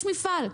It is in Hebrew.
יש מפעל,